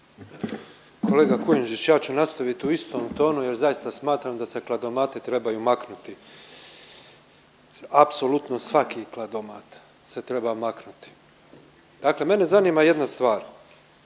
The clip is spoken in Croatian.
Kolega Kujundžić ja ću nastaviti u istom tonu, jer zaista smatram da se kladomati trebaju maknuti, apsolutno svaki kladomat se treba maknuti. Dakle, mene zanima jedna stvar.